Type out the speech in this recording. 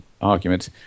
argument